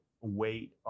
weight